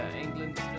England